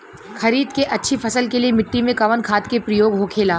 खरीद के अच्छी फसल के लिए मिट्टी में कवन खाद के प्रयोग होखेला?